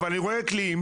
אבל אני רואה קליעים,